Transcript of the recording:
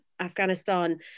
afghanistan